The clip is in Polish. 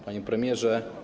Panie Premierze!